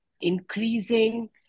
increasing